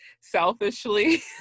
selfishly